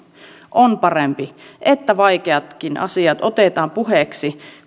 on parempi että vaikeatkin asiat otetaan puheeksi